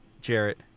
Jarrett